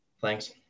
Thanks